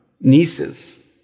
nieces